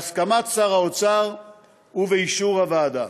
בהסכמת שר האוצר ובאישור הוועדה.